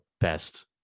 best